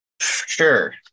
sure